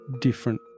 different